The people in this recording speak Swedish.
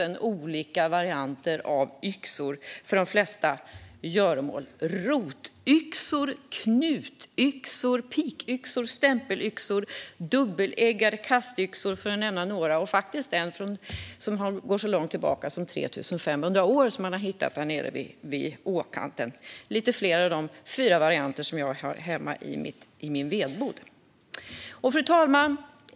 000 olika varianter av yxor för de flesta göromål: rotyxor, knutyxor, pikyxor, stämpelyxor och dubbeleggade kastyxor, för att nämna några. Faktiskt finns det en som går så långt tillbaka som 3 500 år och som man har hittat vid åkanten. Det är lite fler än de fyra varianter jag har hemma i min vedbod. Fru talman!